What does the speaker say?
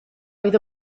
oedd